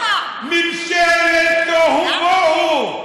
ממשלת תוהו ובוהו.